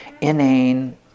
inane